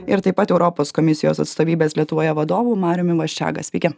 ir taip pat europos komisijos atstovybės lietuvoje vadovu mariumi vaščega sveiki